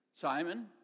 Simon